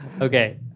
Okay